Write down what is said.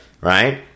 Right